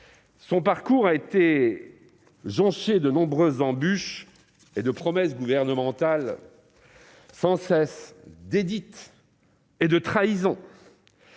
ces mesures a été jonché de nombreuses embûches, de promesses gouvernementales sans cesse reniées et de trahison.